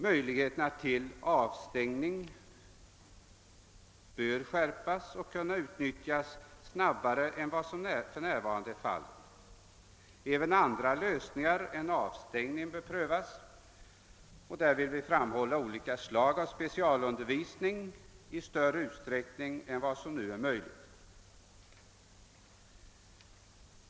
Möjligheterna till avstängning bör göras effektivare och kunna utnyttjas snabbare än vad som för närvarande är fallet. även andra lösningar än avstängning, t.ex. olika slag av specialundervisning, bör prövas i större utsträckning än som nu är möjligt.